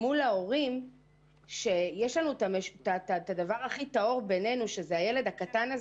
מול ההורים שיש לנו ביננו את הדבר הכי טהור שזה הילד הקטן,